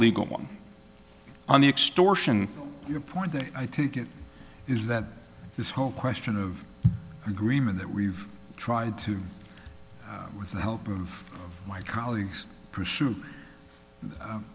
legal one on the extortion point that i think it is that this whole question of agreement that we've tried to do with the help of my colleagues pursue